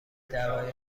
دقایقی